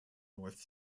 north